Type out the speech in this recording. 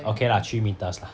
okay lah three metres lah